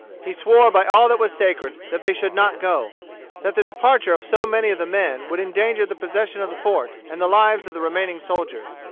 he swore by all that was sacred that they should not go that the departure of so many of the men would endanger the possession of the fort and the lives of the remaining soldiers.